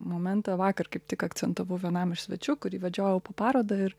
momentą vakar kaip tik akcentavau vienam iš svečių kurį vedžiojau po parodą ir